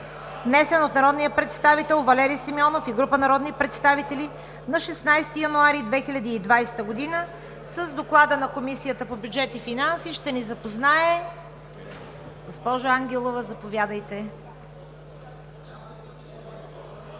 Внесен е от народния представител Валери Симеонов и група народни представители на 16 януари 2020 г. С Доклада на Комисията по бюджет и финанси ще ни запознае госпожа Ангелова. (Реплики от